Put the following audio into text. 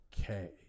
Okay